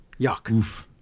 Yuck